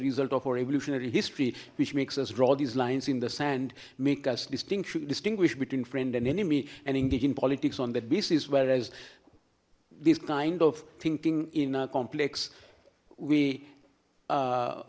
result of our evolutionary history which makes us draw these lines in the sand make us distinction distinguish between friend and enemy and engage in politics on that basis whereas this kind of thinking in complex we